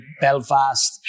Belfast